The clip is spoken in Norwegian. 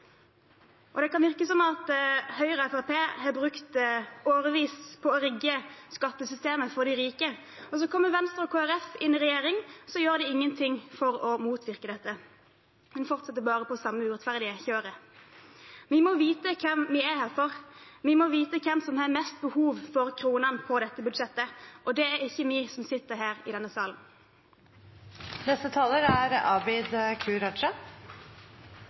Det kan virke som om Høyre og Fremskrittspartiet har brukt årevis på å rigge skattesystemet for de rike. Så kommer Venstre og Kristelig Folkeparti inn i regjering, men de gjør ingenting for å motvirke dette, de fortsetter bare på det samme urettferdige kjøret. Vi må vite hvem vi er her for, vi må vite hvem som har mest behov for kronene i dette budsjettet, og det er ikke vi som sitter her i denne salen. Denne regjeringen er